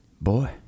boy